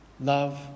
Love